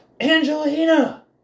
Angelina